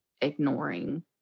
ignoring